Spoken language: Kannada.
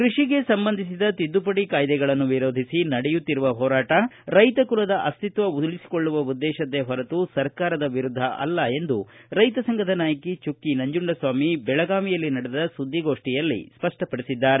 ಕೃಷಿಗೆ ಸಂಬಂಧಿಸಿದ ತಿದ್ದುಪಡಿ ಕಾಯ್ದೆಗಳನ್ನು ವಿರೋಧಿಸಿ ನಡೆಯುತ್ತಿರುವ ಹೋರಾಟ ರೈತ ಕುಲದ ಅಸ್ತಿತ್ವ ಉಳಿಸಿಕೊಳ್ಳುವ ಉದ್ದೇಶದ್ವೇ ಹೊರತು ಸರ್ಕಾರದ ವಿರುದ್ಧ ಅಲ್ಲ ಎಂದು ರೈತ ಸಂಘದ ನಾಯಕಿ ಚುಕ್ಕಿ ನಂಜುಂಡಸ್ವಾಮಿ ಬೆಳಗಾವಿಯಲ್ಲಿ ನಿನ್ನ ಸುದ್ದಿಗೋಷ್ಠಿಯಲ್ಲಿ ಸ್ಪಪಡಿಸಿದ್ದಾರೆ